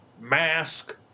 mask